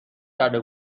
کرده